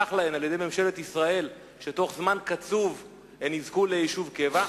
והובטח להן על-ידי ממשלת ישראל שבתוך זמן קצוב הן יזכו ליישוב קבע.